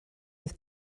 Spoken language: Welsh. oedd